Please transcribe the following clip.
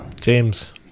James